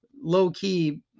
low-key